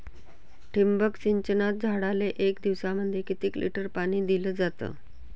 ठिबक सिंचनानं झाडाले एक दिवसामंदी किती लिटर पाणी दिलं जातं?